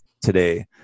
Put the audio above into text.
today